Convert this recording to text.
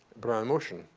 brownian motion,